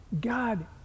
God